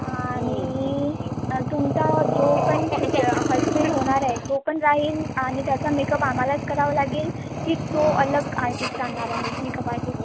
आणि तुमचा जो पण शूज हजबंड होणार आहे तो पण राहील आणि त्याचा मेकप आम्हालाच करावा लागेल की तो अलग आर्टिस्ट आणणार आहे मेकप आर्टिस्ट